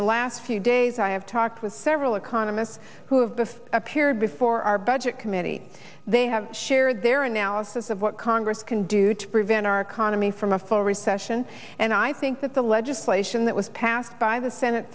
the last few days i have talked with several economists who have before appeared before our budget committee they have shared their analysis of what congress can do to prevent our economy from a full recession and i think that the legislation that was passed by the senate